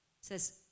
says